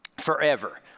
forever